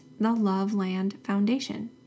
thelovelandfoundation